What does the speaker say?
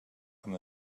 amb